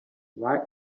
why